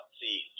see